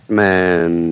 man